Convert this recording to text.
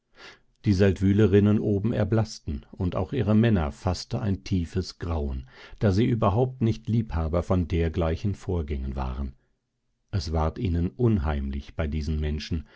die seldwylerinnen oben erblaßten und auch ihre männer faßte ein tiefes grauen da sie überhaupt nicht liebhaber von dergleichen vorgängen waren es ward ihnen unheimlich bei diesen menschen